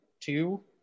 two